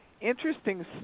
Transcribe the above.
interesting